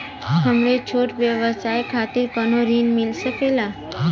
हमरे छोट व्यवसाय खातिर कौनो ऋण मिल सकेला?